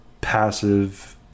passive